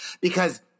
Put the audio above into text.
because-